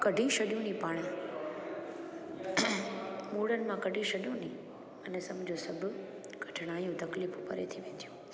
कढी छॾियूं नी पाणि मुड़नि मां कढी छॾियूं नी अने समुझो न सभु कठिनायूं तकलीफ़ूं परे थी वेंदियूं